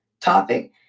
Topic